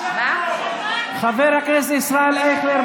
חבר הכנסת ישראל אייכלר,